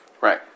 right